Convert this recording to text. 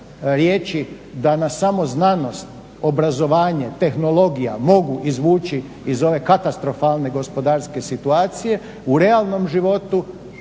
da nas samo znanost, obrazovanje, tehnologija mogu izvući iz ove katastrofalne gospodarske situacije u realnom životu